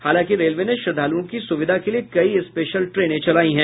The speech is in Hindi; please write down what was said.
हालांकि रेलवे ने श्रद्धालुओं की सुविधा के लिए कई स्पेशल ट्रेने चलायी हैं